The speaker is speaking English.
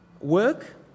Work